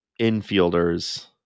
infielders